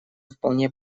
вполне